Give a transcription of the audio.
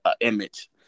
image